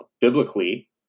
biblically